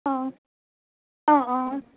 অঁ অঁ অঁ